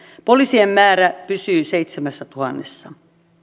poliisien määrä pysyy seitsemässätuhannessa